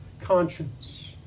conscience